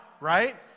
right